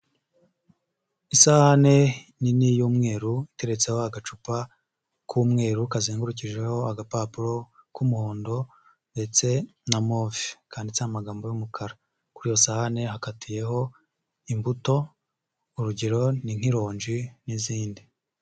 Isahane nini y'umweru iteretseho agacupa k'umweru, kazengurukijeho agapapuro k'umuhondo, ndetse na move, kandiditseho amagambo y'umukara, kuri iyo sahani hakatiyeho imbuto, urugero ni nk'irogi n'izindi.